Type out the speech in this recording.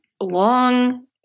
long